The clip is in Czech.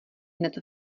hned